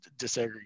disaggregated